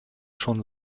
schon